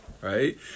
right